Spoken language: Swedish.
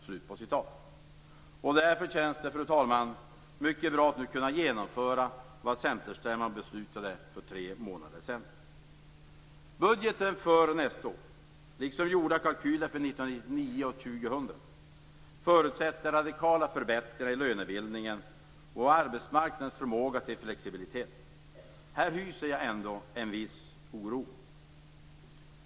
Det känns därför nu mycket bra, fru talman, att kunna genomföra vad Centerstämman beslutade för tre månader sedan. 1999 och 2000, förutsätter radikala förbättringar i lönebildningen och i arbetsmarknadens förmåga till flexibilitet. Här hyser jag ändå en viss oro.